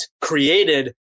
created